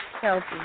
healthy